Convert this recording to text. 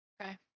Okay